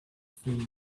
field